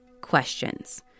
questions